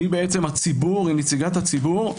שהיא נציגת הציבור,